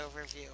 overview